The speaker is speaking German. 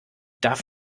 darf